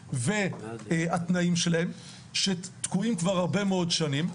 הקבסי"ם והתנאים שלהם שתקועים כבר הרבה מאוד שנים.